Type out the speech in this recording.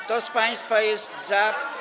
Kto z państwa jest za.